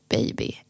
Baby